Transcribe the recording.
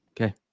Okay